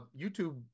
YouTube